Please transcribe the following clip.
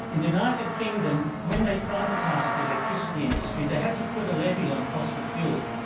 in the united kingdom when they privatised the electricity industry they had to put a levy on fossil fuel,